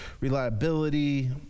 reliability